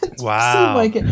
Wow